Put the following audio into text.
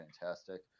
fantastic